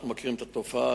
אנחנו מכירים את התופעה.